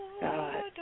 God